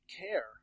care